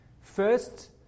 First